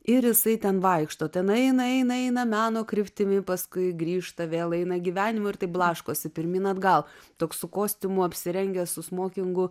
ir jisai ten vaikšto ten eina eina eina meno kryptimi paskui grįžta vėl eina gyvenimo ir taip blaškosi pirmyn atgal toks su kostiumu apsirengęs su smokingu